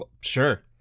Sure